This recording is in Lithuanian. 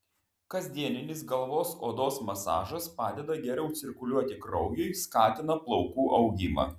kasdieninis galvos odos masažas padeda geriau cirkuliuoti kraujui skatina plaukų augimą